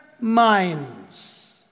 minds